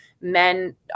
men